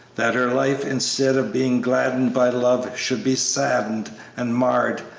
that her life, instead of being gladdened by love, should be saddened and marred,